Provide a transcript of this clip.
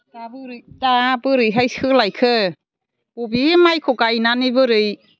दा बोरै दा बोरैहाय सोलायखो बबे माइखौ गायनानै बोरै